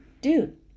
dude